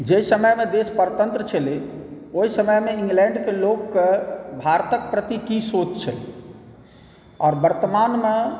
जाहि समयमे देश परतन्त्र छलै ओहि समयमे इंग्लैण्डके लोकके भारतक प्रति की सोच छलै आओर वर्तमानमे